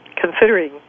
considering